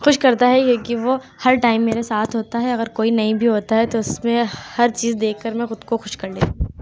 خوش کرتا ہے یہ کیوں وہ ہر ٹائم میرے ساتھ ہوتا ہے اگر کوئی نہیں بھی ہوتا ہے تو اس میں ہر چیز دیکھ کر میں خود کو خوش کر لیتی ہوں